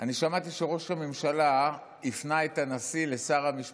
אני שמעתי שראש הממשלה הפנה את הנשיא לשר המשפטים,